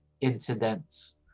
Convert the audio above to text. incidents